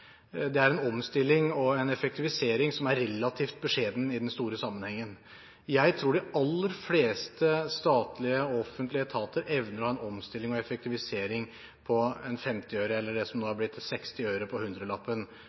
Det er en omstilling og en effektivisering som er relativt beskjeden i den store sammenhengen. Jeg tror at de aller fleste statlige, offentlige etater evner å ha en omstilling og effektivisering på 50 øre per hundrelapp – eller det som nå